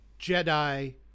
Jedi